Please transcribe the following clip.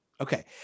Okay